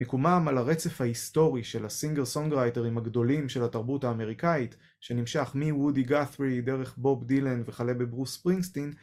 מיקומם על הרצף ההיסטורי של הסינגר סונגרייטרים הגדולים של התרבות האמריקאית, שנמשך מוודי גאטרי דרך בוב דילן וחלה בברוס ספרינגסטין